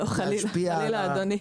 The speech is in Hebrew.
לא, חלילה אדוני.